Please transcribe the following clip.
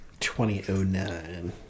2009